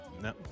No